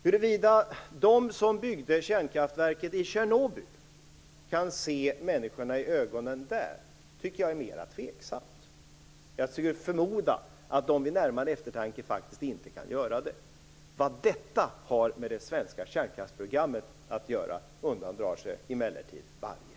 Huruvida de som byggde kärnkraftverket i Tjernobyl kan se människorna där i ögonen tycker jag är mer tveksamt. Jag skulle förmoda att de vid närmare eftertanke faktiskt inte kan göra det. Vad detta har att göra med det svenska kärnkraftsprogrammet undandrar sig emellertid varje bedömning.